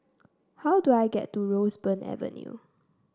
how do I get to Roseburn Avenue